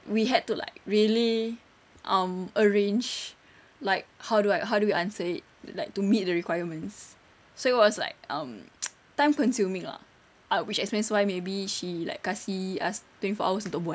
we had to like really um arrange like how do I how do we answer it like to meet the requirements so it was like um time consuming lah ah which explains why maybe she like kasi us twenty four hours untuk buat